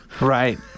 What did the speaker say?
Right